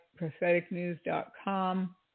propheticnews.com